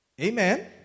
Amen